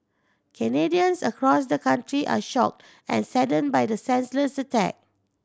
Canadians across the country are shocked and saddened by the senseless attack